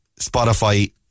Spotify